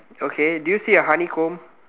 okay do you see a honeycomb